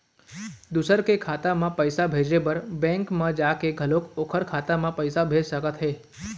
दूसर के खाता म पइसा भेजे बर बेंक म जाके घलोक ओखर खाता म पइसा भेज सकत हे